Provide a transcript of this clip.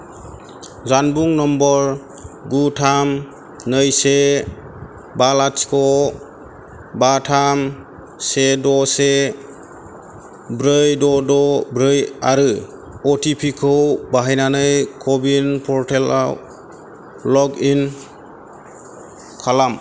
जानबुं नम्बर गु थाम नै से बा लाथिख' बा थाम से द' से ब्रै द' द' ब्रै आरो अ टि पि खौ बाहायनानै क' विन पर्टेलाव लग इन खालाम